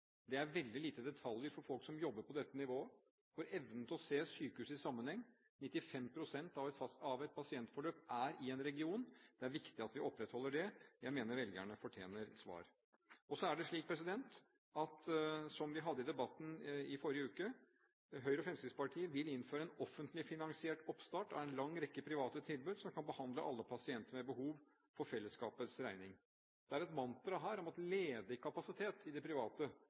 det er veldig lite detaljer for folk som jobber på dette nivået. Det er viktig at vi opprettholder evnen til å se sykehus i sammenheng, 95 pst. av et pasientforløp er i en region. Jeg mener velgerne fortjener svar. Så er det slik, som det ble sagt i debatten i forrige uke, at Høyre og Fremskrittspartiet vil innføre en offentlig finansiert oppstart av en lang rekke private tilbud som kan behandle alle pasienter med behov for fellesskapets regning. Det er et mantra her om at ledig kapasitet i det private